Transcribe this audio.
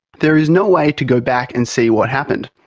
there is no way to go back and see what happened.